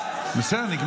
בספר הספרים,